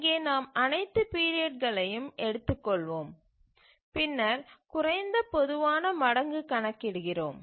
இங்கே நாம் அனைத்து பீரியட்களையும் எடுத்துக் கொள்வோம் பின்னர் குறைந்த பொதுவான மடங்கு கணக்கிடுகிறோம்